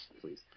please